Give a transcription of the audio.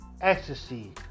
Ecstasy